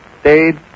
stayed